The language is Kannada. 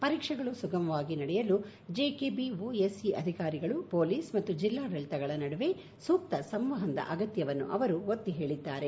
ಪರೀಕ್ಷೆಗಳು ಸುಗಮವಾಗಿ ನಡೆಯಲು ಜೆಕೆಬಿಓಎಸ್ಇ ಅಧಿಕಾರಿಗಳು ಪೋಲೀಸ್ ಮತ್ತು ಜಿಲ್ಲಾಡಳಿತಗಳ ನಡುವೆ ಸೂಕ್ತ ಸಂವಹನದ ಅಗತ್ಯವನ್ನು ಅವರು ಒತ್ತಿ ಹೇಳಿದ್ದಾರೆ